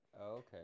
okay